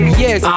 yes